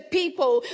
people